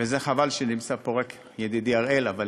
וחבל שנמצא פה רק ידידי אראל, אבל